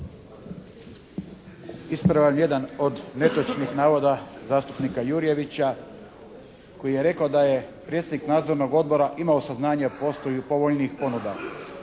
Ispravljam jedan od netočnih navoda zastupnika Jurjevića, koji je rekao da je predsjednik nadzornog odbora imao saznanja o postojanju povoljnijih ponuda.